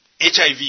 HIV